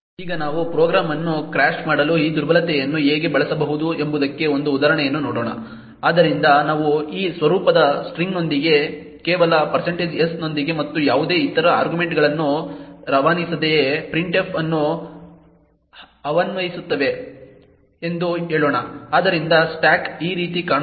ಈಗ ನಾವು ಪ್ರೋಗ್ರಾಂ ಅನ್ನು ಕ್ರ್ಯಾಶ್ ಮಾಡಲು ಈ ದುರ್ಬಲತೆಯನ್ನು ಹೇಗೆ ಬಳಸಬಹುದು ಎಂಬುದಕ್ಕೆ ಒಂದು ಉದಾಹರಣೆಯನ್ನು ನೋಡೋಣ ಆದ್ದರಿಂದ ನಾವು ಈ ಸ್ವರೂಪದ ಸ್ಟ್ರಿಂಗ್ನೊಂದಿಗೆ ಕೇವಲ s ನೊಂದಿಗೆ ಮತ್ತು ಯಾವುದೇ ಇತರ ಆರ್ಗ್ಯುಮೆಂಟ್ಗಳನ್ನು ರವಾನಿಸದೆಯೇ printf ಅನ್ನು ಆಹ್ವಾನಿಸುತ್ತೇವೆ ಎಂದು ಹೇಳೋಣ ಆದ್ದರಿಂದ ಸ್ಟಾಕ್ ಈ ರೀತಿ ಕಾಣುತ್ತದೆ